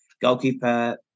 Goalkeeper